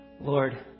Lord